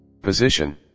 position